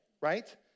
right